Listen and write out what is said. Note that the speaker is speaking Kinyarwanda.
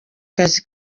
kazi